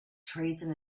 treason